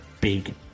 big